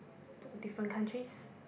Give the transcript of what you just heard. to different countries